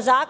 zakonu